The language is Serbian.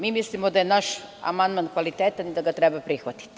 Mi mislimo da je naš amandman kvalitetan i da ga treba prihvatiti.